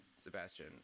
sebastian